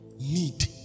need